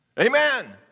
Amen